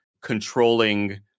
controlling